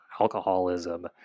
alcoholism